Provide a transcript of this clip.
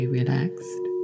relaxed